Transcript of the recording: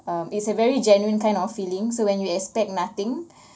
um it's a very genuine kind of feeling so when you expect nothing